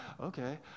okay